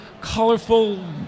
colorful